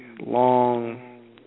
long